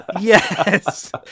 yes